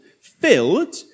filled